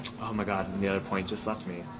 oh, my god, the other point just left me.